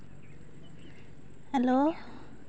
hello